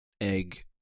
egg –